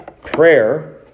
Prayer